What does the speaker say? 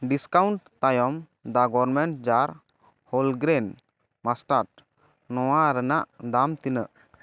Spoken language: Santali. ᱰᱤᱥᱠᱟᱹᱭᱩᱱᱴ ᱛᱟᱭᱚᱢ ᱫᱟ ᱜᱚᱨᱢᱮᱴ ᱡᱟᱨ ᱦᱳᱞᱜᱮᱨᱮᱱᱴ ᱢᱟᱥᱴᱟᱰ ᱱᱚᱣᱟ ᱨᱮᱱᱟᱜ ᱫᱟᱢ ᱛᱤᱱᱟᱹᱜ